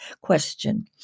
question